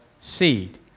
seed